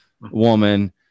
woman